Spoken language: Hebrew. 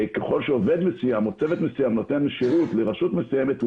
ככל שעובד מסוים או צוות מסוים נותן שירות לרשות מסוימת הוא